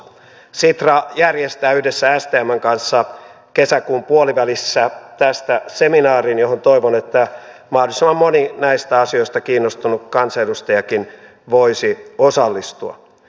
sitra järjestää yhdessä stmn kanssa kesäkuun puolivälissä tästä seminaarin johon toivon että mahdollisimman moni näistä asioista kiinnostunut kansanedustajakin voisi osallistua